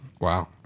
Wow